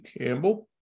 Campbell